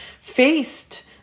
faced